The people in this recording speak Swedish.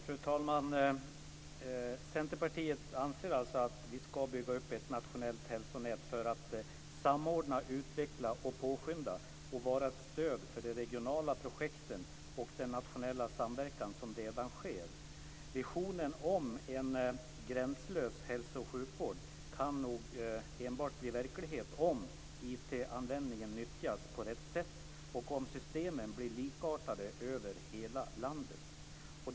Fru talman! Centerpartiet anser alltså att vi ska bygga upp ett nationellt hälsonät för att samordna, utveckla, påskynda och vara ett stöd för de regionala projekten och för den nationella samverkan som redan sker. Visionen om en gränslös hälso och sjukvård kan nog bli verklighet enbart om IT användningen utformas på rätt sätt och om systemen blir likartade över hela landet.